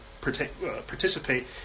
participate